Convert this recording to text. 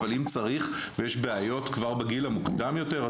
אבל אם צריך ויש בעיות כבר בגיל המוקדם יותר,